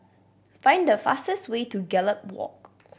find the fastest way to Gallop Walk